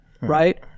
Right